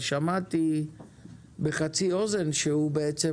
שמעתי בחצי אוזן שבנק